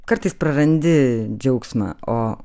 kartais prarandi džiaugsmą o